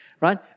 Right